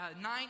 nine